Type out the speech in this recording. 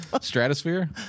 stratosphere